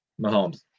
mahomes